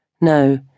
No